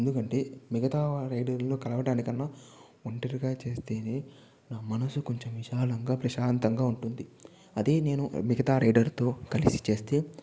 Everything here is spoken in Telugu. ఎందుకంటే మిగతా రైడర్లు కలవటానికన్నా ఒంటరిగా చేస్తేనే నా మనసు కొంచెం విశాలంగా ప్రశాంతంగా ఉంటుంది అదే నేను మిగతా రైడర్ తో కలిసి చేస్తే